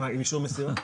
עם אישור מסירה?